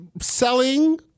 selling